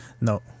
No